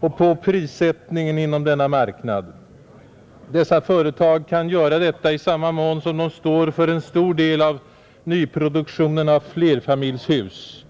och för prissättningen inom denna marknad, Dessa företag kan göra detta i samma mån som de står för en stor del av nyproduktionen av flerfamiljshus.